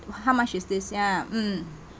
how much is this ya mm